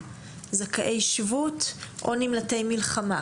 זכאי שבות או נמלטי מלחמה,